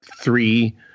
three